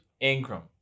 Ingram